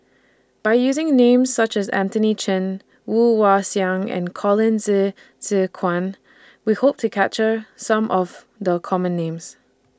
By using Names such as Anthony Chen Woon Wah Siang and Colin Zhe Zhe Quan We Hope to capture Some of The Common Names